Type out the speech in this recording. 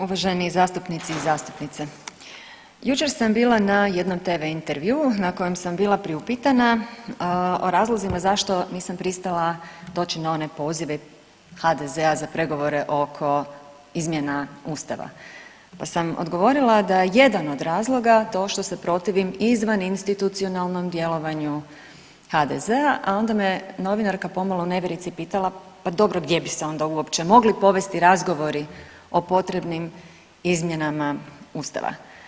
Uvaženi zastupnici i zastupnice, jučer sam bila na jednom tv intervjuu na kojem sam bila priupitana o razlozima zašto nisam pristala doći na one pozive HDZ-a za pregovore oko izmjena ustava, pa sam odgovorila da je jedan od razloga to što se protivim izvaninstitucionalnom djelovanju HDZ-a, a onda me novinarka pomalo u nevjerici pitala, pa dobro gdje bi se onda uopće mogli povesti razgovori o potrebnim izmjenama ustava.